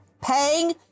paying